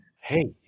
hey